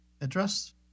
address